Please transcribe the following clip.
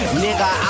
nigga